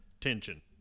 tension